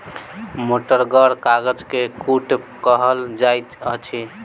मोटगर कागज के कूट कहल जाइत अछि